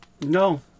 No